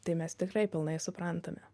tai mes tikrai pilnai suprantame